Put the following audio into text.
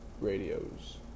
radios